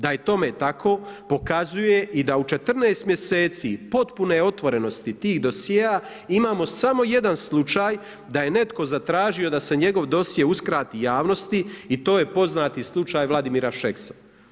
Da je tome tako pokazuje i da u 14 mjeseci potpune otvorenosti tih dosjea imamo samo jedan slučaj da je netko zatražio da se njegov dosje uskrati javnosti i to je poznati slučaj Vladimira Šeksa.